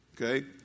Okay